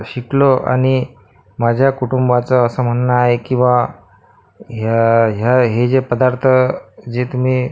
शिक शिकलो आणि माझ्या कुटुंबाचं असं म्हणणं आहे की बा ह्या ह्या हे जे पदार्थ जे तुम्ही